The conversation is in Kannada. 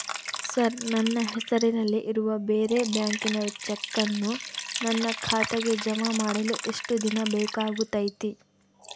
ಸರ್ ನನ್ನ ಹೆಸರಲ್ಲಿ ಇರುವ ಬೇರೆ ಬ್ಯಾಂಕಿನ ಚೆಕ್ಕನ್ನು ನನ್ನ ಖಾತೆಗೆ ಜಮಾ ಮಾಡಲು ಎಷ್ಟು ದಿನ ಬೇಕಾಗುತೈತಿ?